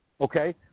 Okay